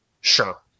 sure